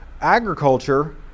agriculture